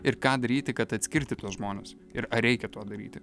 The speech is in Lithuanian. ir ką daryti kad atskirti tuos žmones ir ar reikia to daryti